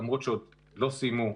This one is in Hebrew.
למרות שעוד לא סיימו,